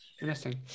Interesting